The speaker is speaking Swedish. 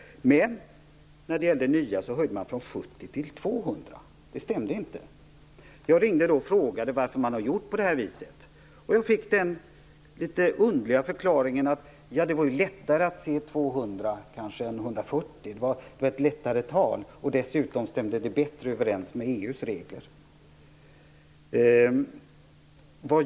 Men för nya byggnader höjde man gränsen från 70 Bq till 200 Bq. Det stämde inte. Jag ringde och frågade varför man hade gjort på det viset. Jag fick den litet underliga förklaringen att det var lättare att se 200 än 140; det var ett lättare tal. Dessutom stämde det bättre överens med EU:s regler.